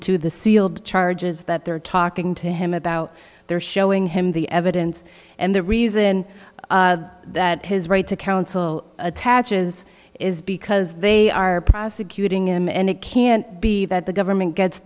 to the sealed charges that they're talking to him about there showing him the evidence and the reason that his right to counsel attaches is because they are prosecuting him and it can't be that the government gets